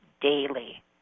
daily